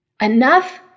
Enough